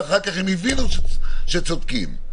ואחר כך הם הבינו שאנחנו צודקים.